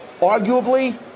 arguably